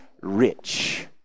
rich